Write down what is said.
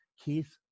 Keith